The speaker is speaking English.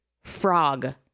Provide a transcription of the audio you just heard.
frog